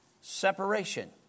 separation